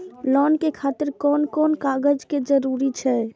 Loan के खातिर कोन कोन कागज के जरूरी छै?